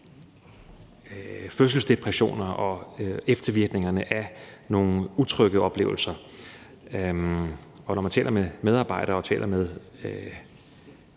fødselsdepressioner og eftervirkningerne af nogle utrygge oplevelser. Når man taler med medarbejdere og med